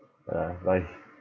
ah but if